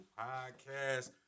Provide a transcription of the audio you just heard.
podcast